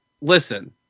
listen